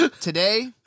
Today